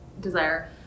desire